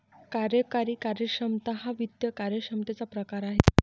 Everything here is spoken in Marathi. कार्यकारी कार्यक्षमता हा वित्त कार्यक्षमतेचा प्रकार आहे